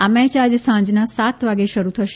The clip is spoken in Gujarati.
આ મેય આજે સાંજના સાત વાગે શરુ થશે